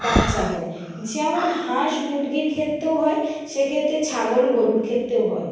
বাচ্চা হয় যেমন হাঁস মুরগির ক্ষেত্রেও হয় সেক্ষেত্রে ছাগল গরুর ক্ষেত্রেও হয়